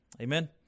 Amen